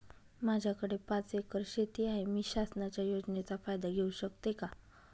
माझ्याकडे पाच एकर शेती आहे, मी शासनाच्या योजनेचा फायदा घेऊ शकते का?